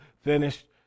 finished